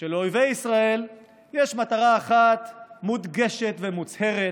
שלאויבי ישראל יש מטרה אחת מודגשת ומוצהרת,